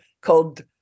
called